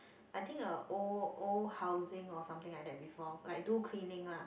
I think a old old housing or something like that before like do cleaning lah